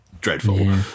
dreadful